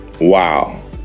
Wow